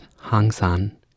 Hang-san